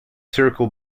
circle